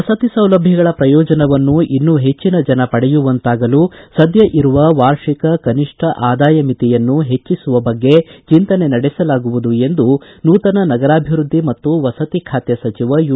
ವಸತಿ ಸೌಲಭ್ಯಗಳ ಪ್ರಯೋಜನವನ್ನು ಇನ್ನೂ ಹೆಚ್ಚಿನ ಜನ ಪಡೆಯುವಂತಾಗಲು ಸದ್ಯ ಇರುವ ವಾರ್ಷಿಕ ಕನಿಷ್ಟ ಆದಾಯ ಮಿತಿಯನ್ನು ಹೆಚ್ಚಿಸುವ ಬಗ್ಗೆ ಚಿಂತನೆ ನಡೆಸಲಾಗುವುದು ಎಂದು ನೂತನ ನಗರಾಭಿವೃದ್ಧಿ ಮತ್ತು ವಸತಿ ಖಾತೆ ಸಚಿವ ಯು